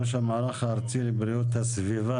ראש המערך הארצי לבריאות הסביבה,